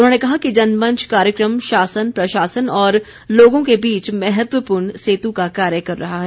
उन्होंने कहा कि जनमंच कार्यक्रम शासन प्रशासन और लोगों के बीच महत्वपूर्ण सेतु का कार्य कर रहा है